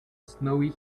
snowy